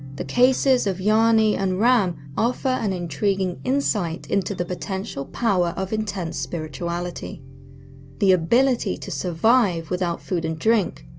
the cases of jani and ram offer an intriguing insight into the potential power of intense spirituality the ability to survive without food and drink,